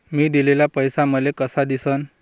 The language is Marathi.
मी दिलेला पैसा मले कसा दिसन?